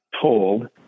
told